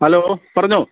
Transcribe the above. hello പറഞ്ഞോ